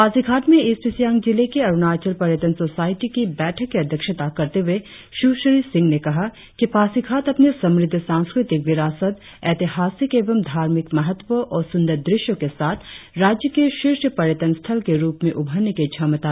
पासीघाट में ईस्ट सियांग जिले के अरुणाचल पर्यटन सोसायटी की बैठक की अध्यक्षता करते हुए सुश्री सिंह ने कहा कि पासीघाट अपनी समृद्ध सांस्कृतिक विरासत ऐतिहासिक एवं धार्मिक महत्व और सुंदर दृष्यों के साथ राज्य की शीर्ष पर्यटन स्थल के रुप में उभरने की क्षमता रखता है